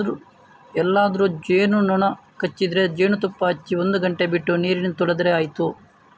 ಎಲ್ಲಾದ್ರೂ ಜೇನು ನೊಣ ಕಚ್ಚಿದ್ರೆ ಜೇನುತುಪ್ಪ ಹಚ್ಚಿ ಒಂದು ಗಂಟೆ ಬಿಟ್ಟು ನೀರಿಂದ ತೊಳೆದ್ರೆ ಆಯ್ತು